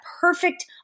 perfect